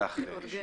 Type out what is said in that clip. כמו